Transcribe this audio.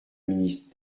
ministre